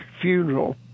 funeral